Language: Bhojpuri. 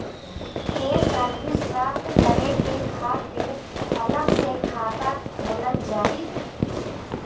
ये सर्विस प्राप्त करे के खातिर अलग से खाता खोलल जाइ?